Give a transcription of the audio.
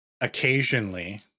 occasionally